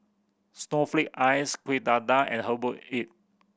snowflake ice Kueh Dadar and herbal egg